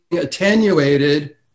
attenuated